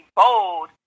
bold